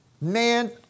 Man